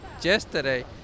yesterday